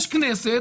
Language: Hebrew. יש כנסת,